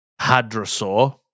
hadrosaur